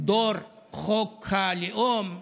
"דור חוק הלאום".